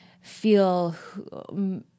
feel